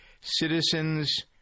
Citizens